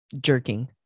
jerking